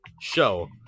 show